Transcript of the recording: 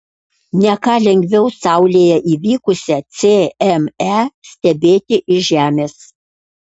ne ką lengviau saulėje įvykusią cme stebėti iš žemės